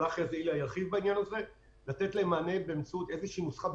המתווה נועד לתת להם מענה באמצעות איזושהי נוסחה,